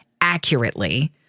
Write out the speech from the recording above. accurately